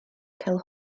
cael